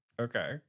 okay